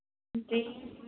जी